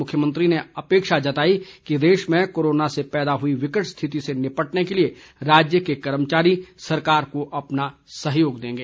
मुख्यमंत्री ने अपेक्षा जताई कि देश में कोरोना से पैदा हुई विकट स्थिति से निपटने के लिए राज्य के कर्मचारी सरकार को अपना सहयोग देंगे